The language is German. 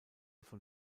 von